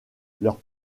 leurs